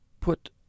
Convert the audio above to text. put